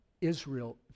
Israel